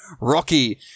Rocky